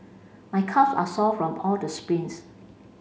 my calves are sore from all the sprints